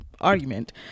argument